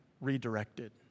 redirected